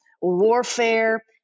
warfare